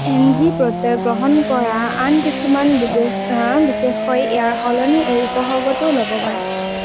N G প্ৰত্যয় গ্ৰহণ কৰা আন কিছুমান বিশেষ্যই ইয়াৰ সলনি এই উপসৰ্গটোও ল'ব পাৰে